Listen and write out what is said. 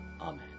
amen